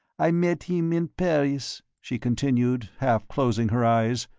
i met him in paris, she continued, half closing her eyes.